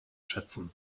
schätzen